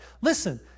listen